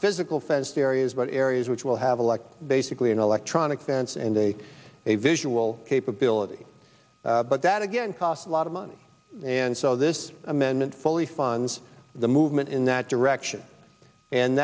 physical fenced areas but areas which will have elected basically an electronic dance and a a visual capability but that again cost a lot of money and so this amendment fully funds the movement in that direction and